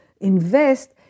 invest